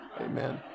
Amen